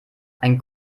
ein